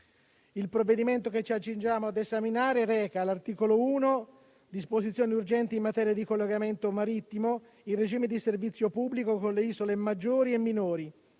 Il provvedimento che ci accingiamo ad esaminare reca, all'articolo 1, «Disposizioni urgenti in materia di collocamento marittimo in regime di servizio pubblico con le isole maggiori e minori».